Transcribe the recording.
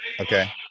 Okay